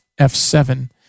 F7